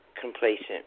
complacent